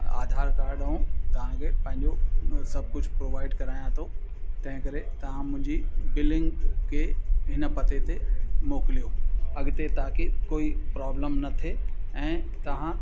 Aadhaar card ऐं तव्हांखे पंहिंजो सभु कुझु प्रोवाइड करायां थो तंहिं करे तव्हां मुंहिंजी बिलिंग खे हिन पते ते मोकिलियो अॻिते तव्हांखे कोई प्रॉब्लम न थिए ऐं तव्हां